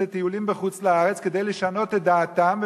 לטיולים בחוץ-לארץ כדי לשנות את דעתם,